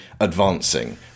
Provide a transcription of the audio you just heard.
advancing